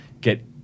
get